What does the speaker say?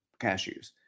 cashews